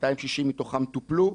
260 מתוכן טופלו.